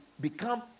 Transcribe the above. become